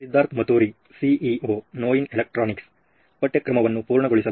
Siddharth Mathuri CEO ನೋಯಿನ್ electronics ಪಠ್ಯಕ್ರಮವನ್ನು ಪೂರ್ಣಗೊಳಿಸಲು